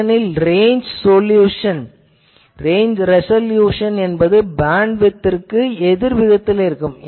ஏனெனில் range resolution என்பது bandwidth க்கு எதிர்விகிதத்தில் இருக்கும்